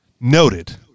Noted